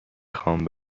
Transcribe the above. خوام